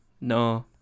No